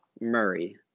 Murray